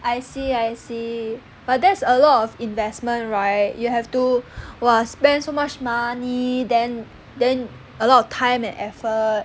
I see I see but that's a lot of investment right you have to !wah! spend so much money then then a lot of time and effort